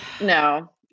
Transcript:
no